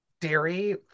dairy